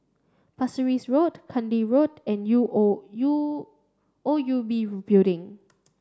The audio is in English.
Pasir Ris Road Kandi Road and U O U O U B Building